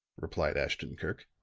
replied ashton-kirk,